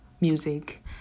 music